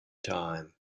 time